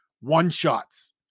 one-shots